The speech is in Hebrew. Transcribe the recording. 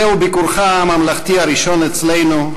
זהו ביקורך הממלכתי הראשון אצלנו,